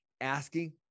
asking